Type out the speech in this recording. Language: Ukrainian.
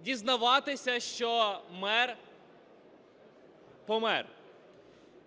дізнаватися, що мер помер.